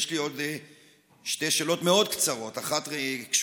יש לי עוד שתי שאלות מאוד קצרות: אחת קשורה